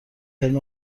ترم